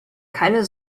keine